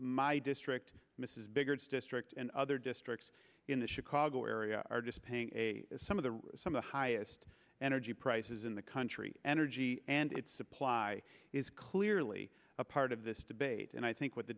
my district mrs bigger district and other districts in the chicago area are dissipating a some of the some of highest energy prices in the country energy and its supply is clearly a part of this debate and i think what the